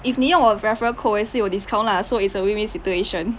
if 你用我 referral code 我也是有 discount lah so it's a win win situation